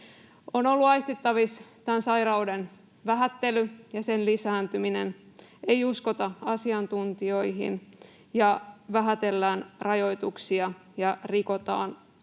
On ollut aistittavissa tämän sairauden vähättely ja sen lisääntyminen: ei uskota asiantuntijoihin ja vähätellään rajoituksia ja rikotaan